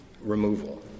removal